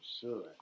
sure